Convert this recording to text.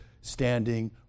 standing